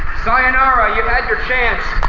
sayonara. you had your chance.